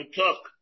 took